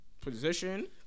position